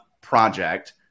project